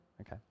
okay